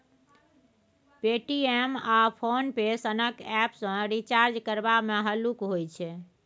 Paytm आ PhonePe सनक app सँ रिचार्ज करबा मे हल्लुक होइ छै